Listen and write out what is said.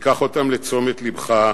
ותיקח אותם לתשומת לבך.